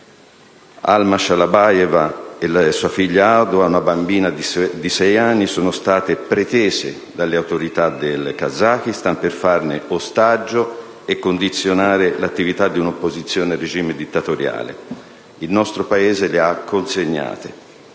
Alma Shalabayeva e sua figlia Alua, una bambina di sei anni, sono state pretese dalle autorità del Kazakistan per farne ostaggio e condizionare l'attività di una opposizione al regime dittatoriale. Il nostro Paese le ha consegnate.